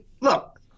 look